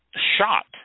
shot